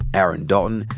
aaron dalton,